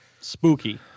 Spooky